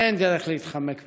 אין דרך להתחמק ממנו,